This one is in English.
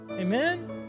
Amen